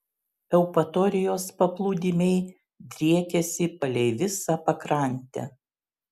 eupatorijos paplūdimiai driekiasi palei visą pakrantę